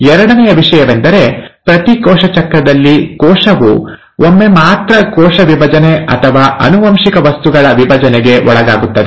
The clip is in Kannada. ಎರಡನೆಯ ವಿಷಯವೆಂದರೆ ಪ್ರತಿ ಕೋಶ ಚಕ್ರದಲ್ಲಿ ಕೋಶವು ಒಮ್ಮೆ ಮಾತ್ರ ಕೋಶ ವಿಭಜನೆ ಅಥವಾ ಆನುವಂಶಿಕ ವಸ್ತುಗಳ ವಿಭಜನೆಗೆ ಒಳಗಾಗುತ್ತದೆ